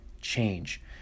change